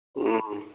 ꯎꯝ